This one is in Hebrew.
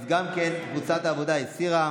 אז גם קבוצת העבודה הסירה.